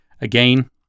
Again